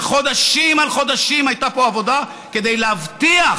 חודשים על חודשים הייתה פה עבודה כדי להבטיח